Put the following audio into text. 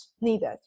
needed